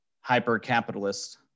hyper-capitalist